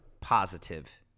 positive